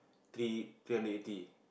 three three hundred eighty